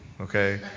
okay